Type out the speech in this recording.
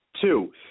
Two